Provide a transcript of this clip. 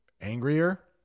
angrier